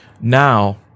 Now